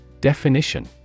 Definition